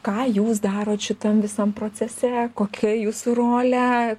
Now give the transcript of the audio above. ką jūs darot šitam visam procese kokia jūsų rolė